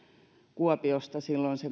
kuopiosta